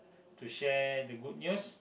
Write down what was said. to share the good news